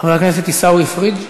חבר הכנסת עיסאווי פריג',